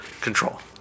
Control